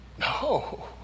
No